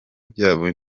byabo